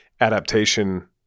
adaptation